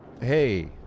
hey